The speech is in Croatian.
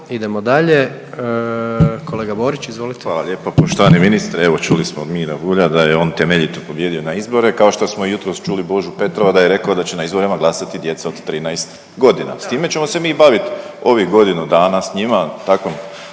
Idemo dalje. Kolega Borić, izvolite. **Borić, Josip (HDZ)** Hvala lijepo. Poštovani ministre, evo čuli smo Mira Bulja da je on temeljito pobijedio na izbore, kao što smo jutros čuli Božu Petrova da je rekao da će na izborima glasati djeca od 13 godina. S time ćemo se mi bavit ovih godinu dana, s njima,